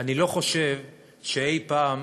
אני לא חושב שאי-פעם